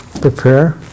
prepare